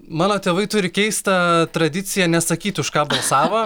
mano tėvai turi keistą tradiciją nesakyti už ką balsavo